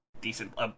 decent